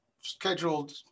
scheduled